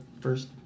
first